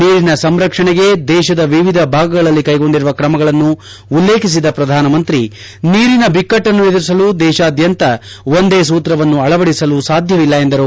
ನೀರಿನ ಸಂರಕ್ಷಣೆಗೆ ದೇಶದ ಎವಿಧ ಭಾಗಗಳಲ್ಲಿ ಕೈಗೊಂಡಿರುವ ಕ್ರಮಗಳನ್ನು ಉಲ್ಲೇಖಿಸಿದ ಪ್ರಧಾನಮಂತ್ರಿ ನೀರಿನ ಬಿಕ್ಕಟ್ಟನ್ನು ಎದುರಿಸಲು ದೇತಾದ್ದಂತ ಒಂದೇ ಸೂತ್ರವನ್ನು ಅಳವಡಿಸಲು ಸಾಧ್ಯವಿಲ್ಲ ಎಂದರು